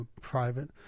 private